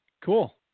Cool